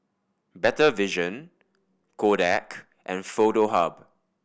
Better Vision Kodak and Foto Hub